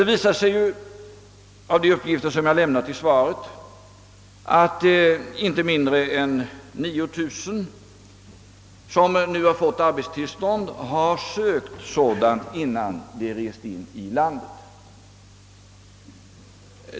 Det framgår av de uppgifter som jag lämnat i svaret att inte mindre än 9000 som nu har fått arbetstillstånd har sökt sådant innan de rest in i landet.